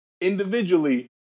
individually